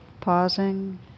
Pausing